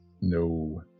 No